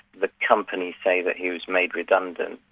the company say that he was made redundant,